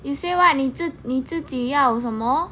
you say what 你自你自己要什么